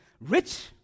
rich